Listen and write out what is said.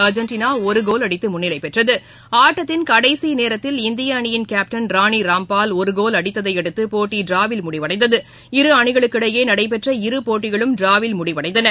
அர்ஜெண்டனாஒருகோல் அடித்தமுன்னிலைபெற்றது ஆட்டத்தின் கடைசிநேரத்தில் இந்தியஅணியின் கேப்டன் ராணிராம்பால் ஒருகோல் அடித்ததையடுத்து போட்டிடிராவில் முடிவடைந்தது இருஅணிகளுக்கிடையேநடைபெற்ற இரு போட்டிகளும் டிராவில் முடிவடைந்தன